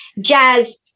jazz